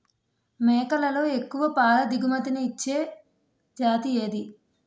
మేకలలో ఎక్కువ పాల దిగుమతి ఇచ్చే జతి ఏది?